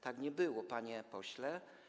Tak nie było, panie pośle.